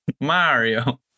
Mario